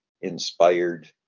inspired